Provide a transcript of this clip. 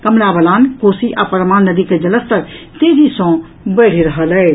कमला बलान कोसी आ परमान नदी के जलस्तर तेजी सॅ बढ़ि रहल अछि